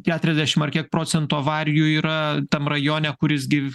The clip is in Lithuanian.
keturiasdešim ar kiek procentų avarijų yra tam rajone kuris gi